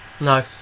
No